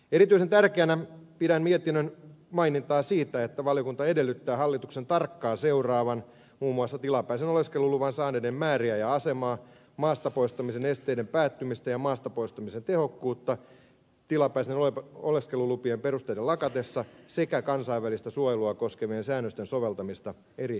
erityisen tärkeänä pidän mietinnön mainintaa siitä että valiokunta edellyttää hallituksen tarkkaan seuraavan muun muassa tilapäisen oleskeluluvan saaneiden määriä ja asemaa maasta poistumisen esteiden päättymistä ja maasta poistumisen tehokkuutta tilapäisten oleskelulupien perusteiden lakatessa sekä kansainvälistä suojelua koskevien säännösten soveltamista eri vaikutuksineen